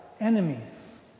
enemies